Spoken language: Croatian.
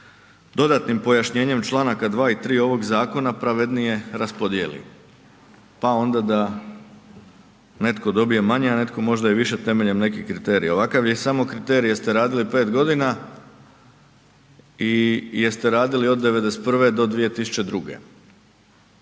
dodatnim pojašnjenjem članak 2. i 3. ovog zakona pravednije raspodijeli pa onda da netko dobije manje, a netko možda i više temeljem nekih kriterija. Ovakav je samo kriterij jer ste radili pet godina i jeste radili od '91. do 2002.